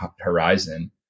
horizon